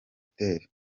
hotel